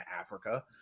Africa